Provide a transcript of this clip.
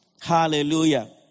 Hallelujah